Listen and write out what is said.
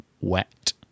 wet